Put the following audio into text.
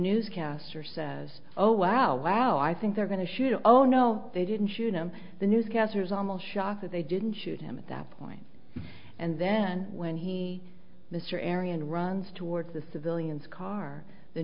newscaster says oh wow wow i think they're going to shoot oh no they didn't shoot him the newscasters almost shocked that they didn't shoot him at that point and then when he mr arion runs towards the civilians car the